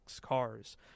cars